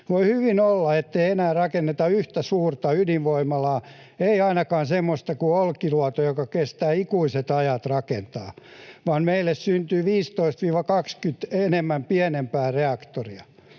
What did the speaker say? Voi hyvin olla, ettei enää rakenneta yhtä suurta ydinvoimalaa, ei ainakaan semmoista kuin Olkiluoto, jota kestää ikuiset ajat rakentaa, vaan meille syntyy 15—20 pienempää reaktoria.